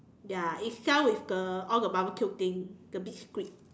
ya it sell with the all the barbecue thing the big squid